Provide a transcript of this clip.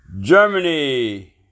Germany